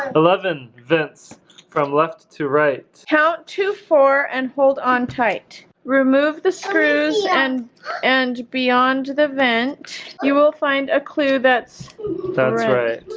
eleven vents from left to right count to four and hold on tight remove the screws and and beyond the vent you will find a clue, that's that's right.